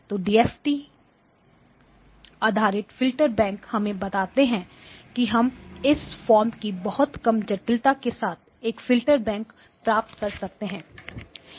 तो DFT DFT आधारित filter bank हमें बताता है कि हम इस फॉर्मकी बहुत कम जटिलता के साथ एक बैंक फ़िल्टर प्राप्त कर सकते हैं